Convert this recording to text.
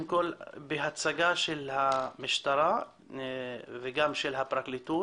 כל בהצגה של המשטרה וגם של הפרקליטות,